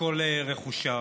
מכל רכושם.